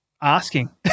asking